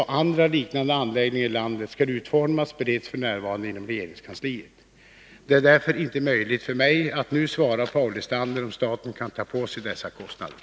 Om en sådan lösning inte kan påräknas, är kommunikationsministern beredd att vidta andra åtgärder som tillfredsställer anspråken att staten tar över kostnaderna för skötsel och underhåll av dessa vägområden?